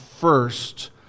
first